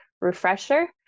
refresher